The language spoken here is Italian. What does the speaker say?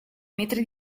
metri